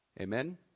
Amen